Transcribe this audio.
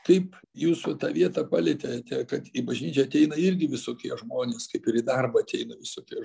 kaip jūs va tą vietą palietėte kad į bažnyčią ateina irgi visokie žmonės kaip ir į darbą ateina visokie